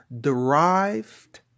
derived